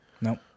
Nope